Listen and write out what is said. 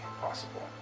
possible